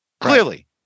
Clearly